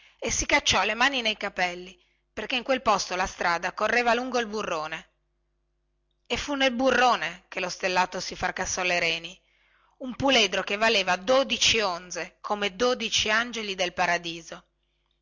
e si cacciò le mani nei capelli perchè in quel posto la strada correva lungo il burrone e fu nel burrone che lo stellato si fracassò le reni un puledro che valeva dodici onze come dodici angeli del paradiso